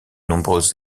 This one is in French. nombreuses